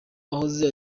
wahoze